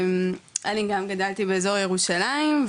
אני גם גדלתי באזור ירושלים,